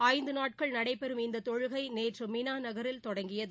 ஐந்து நாட்கள் நடைபெறும் இந்த தொழுகை நேற்று மினா நகரில் தொடங்கியது